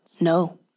No